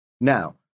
Now